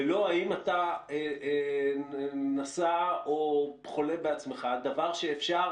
ולא אם אתה נשא או חולה בעצמך תהליך שאפשר